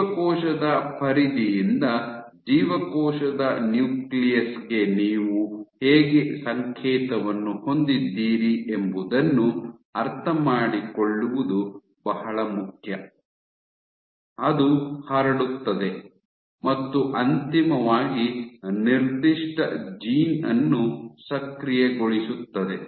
ಜೀವಕೋಶದ ಪರಿಧಿಯಿಂದ ಜೀವಕೋಶದ ನ್ಯೂಕ್ಲಿಯಸ್ ಗೆ ನೀವು ಹೇಗೆ ಸಂಕೇತವನ್ನು ಹೊಂದಿದ್ದೀರಿ ಎಂಬುದನ್ನು ಅರ್ಥಮಾಡಿಕೊಳ್ಳುವುದು ಬಹಳ ಮುಖ್ಯ ಅದು ಹರಡುತ್ತದೆ ಮತ್ತು ಅಂತಿಮವಾಗಿ ನಿರ್ದಿಷ್ಟ ಜೀನ್ ಅನ್ನು ಸಕ್ರಿಯಗೊಳಿಸುತ್ತದೆ